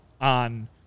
on